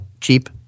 Cheap